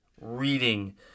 reading